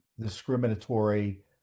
discriminatory